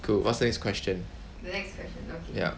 cool what's the question yup